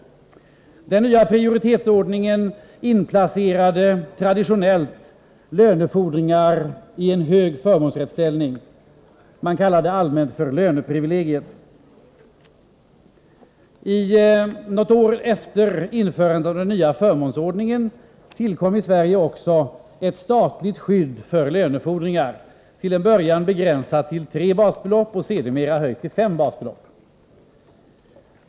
Den nya prioritetsordningen inplacerade traditionellt lönefordringar i en hög förmånsrättsställning. Man kallar det allmänt för löneprivilegiet. Något år efter införandet av den nya förmånsordningen tillkom i Sverige också ett statligt skydd för lönefordringar — till en början begränsat till tre basbelopp, och sedermera höjt till fem basbelopp.